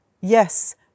Yes